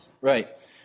Right